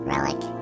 Relic